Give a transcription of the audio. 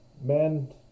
men